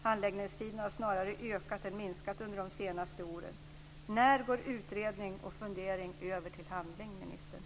Handläggningstiderna har snarare ökat än minskat under de senaste åren. När går utredning och fundering över till handling, ministern?